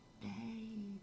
baby